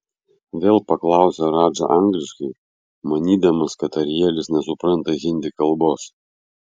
vėl paklausė radža angliškai manydamas kad arielis nesupranta hindi kalbos